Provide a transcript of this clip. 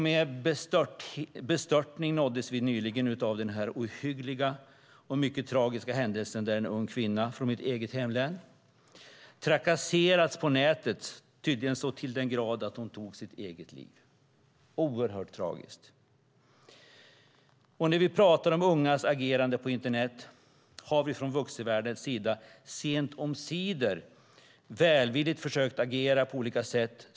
Med bestörtning nåddes vi nyligen av den ohyggliga och mycket tragiska händelsen där en ung kvinna från mitt eget hemlän trakasserats på nätet så till den grad att hon tog sitt eget liv. Oerhört tragiskt! När vi pratar om ungas agerande på internet har vi från vuxenvärldens sida sent omsider välvilligt försökt att agera på olika sätt.